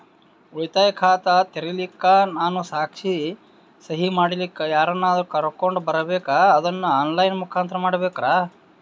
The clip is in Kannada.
ಉಳಿತಾಯ ಖಾತ ತೆರಿಲಿಕ್ಕಾ ನಾನು ಸಾಕ್ಷಿ, ಸಹಿ ಮಾಡಲಿಕ್ಕ ಯಾರನ್ನಾದರೂ ಕರೋಕೊಂಡ್ ಬರಬೇಕಾ ಅದನ್ನು ಆನ್ ಲೈನ್ ಮುಖಾಂತ್ರ ಮಾಡಬೇಕ್ರಾ?